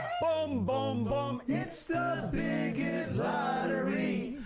um but um um it's the bigot lottery,